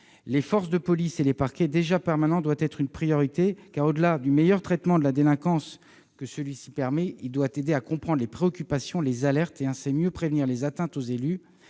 les forces de police et les parquets, déjà permanent, doit être une priorité, car, au-delà du meilleur traitement de la délinquance qu'il permet, il doit aider à comprendre les préoccupations et les alertes et, ainsi, à mieux prévenir les atteintes aux élus,